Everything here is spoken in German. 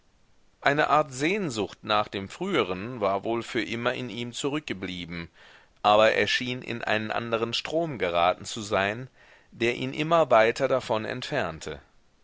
eine art sehnsucht nach dem früheren war wohl für immer in ihm zurückgeblieben aber er schien in einen anderen strom geraten zu sein der ihn immer weiter davon entfernte